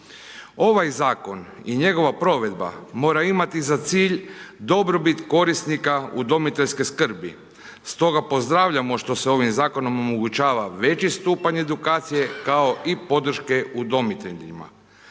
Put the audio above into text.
Ovaj zakon i njegova provedba mora imati za cilj dobrobit korisnika u udomiteljske skrbi. Stoga pozdravljamo što se ovim zakonom omogućava veći stupanj edukacije, kao i podrške udomiteljima.